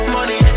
Money